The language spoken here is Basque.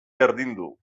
berdindu